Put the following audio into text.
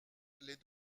les